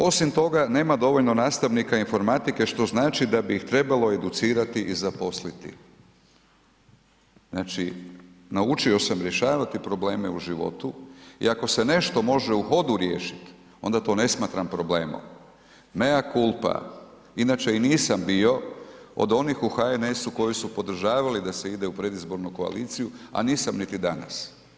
Osim toga, nema dovoljno nastavnika informatike što znači da bi ih trebalo educirati i zaposliti, znači naučio sam rješavati probleme u životu i ako se nešto može u hodu riješit onda to ne smatram problemom, mea culpa inače i nisam bio od onih u HNS-u koji su podržavali da se ide u predizbornu koaliciju, a nisam niti danas.